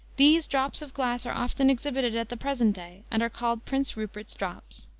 these drops of glass are often exhibited at the present day, and are called prince rupert's drops.